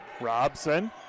Robson